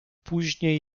później